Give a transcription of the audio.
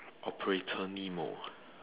operator nemo